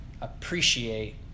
appreciate